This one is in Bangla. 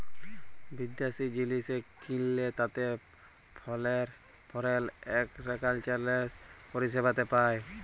বিদ্যাশি জিলিস কিললে তাতে ফরেল একসচ্যানেজ পরিসেবাতে পায়